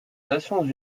nations